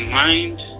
mind